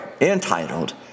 entitled